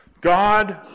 God